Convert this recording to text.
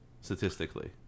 statistically